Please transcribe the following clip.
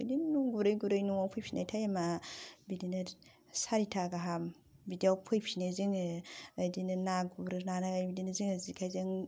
बिदिनो गुरै गुरै न'आव फैफिननाय थाइमा बिदिनो सारिथा गाहाम बिदियाव फैफिनो जोङो बिदिनो ना गुरनानै बिदिनो जोङो जेखाइजों